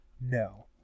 No